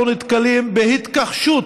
אנחנו נתקלים בהתכחשות